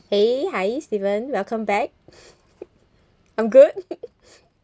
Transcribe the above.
hey hi steven welcome back I'm good